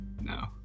No